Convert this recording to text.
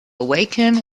awaken